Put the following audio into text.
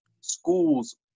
schools